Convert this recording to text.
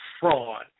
fraud